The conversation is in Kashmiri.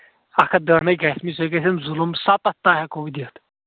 اَکھ ہَتھ دَہ نَے گژھِ نہٕ سُے گژھٮ۪م ظُلُم سَتَتھ تام ہٮ۪کو بہٕ دِتھ